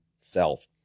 self